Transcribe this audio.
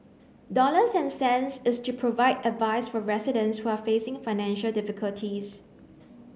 dollars and cents is to provide advice for residents who are facing financial difficulties